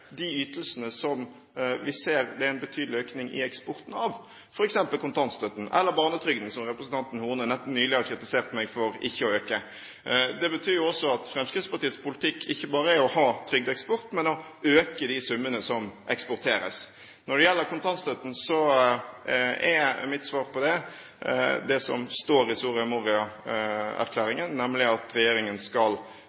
de ytelsene som vi ser det er en betydelig økning i eksporten av, f.eks. kontantstøtten, eller barnetrygden, som representanten Horne nylig har kritisert meg for ikke å øke. Det betyr jo også at Fremskrittspartiets politikk ikke bare er å ha trygdeeksport, men å øke de summene som eksporteres. Når det gjelder kontantstøtten, er mitt svar på det det som står i